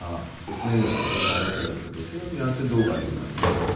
ہاں اتنے ہی لڑکے تھے بارہ تیرہ لڑکے تھے اور یہاں سے دو گاڑیوں میں ہم گئے تھے